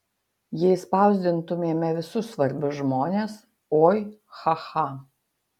jei spausdintumėme visus svarbius žmones oi cha cha